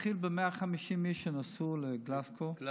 נתחיל ב-150 איש שנסעו לגלזגו, גלזגו.